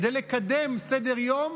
כדי לקדם סדר-יום